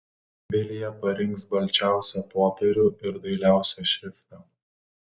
vilija parinks balčiausią popierių ir dailiausią šriftą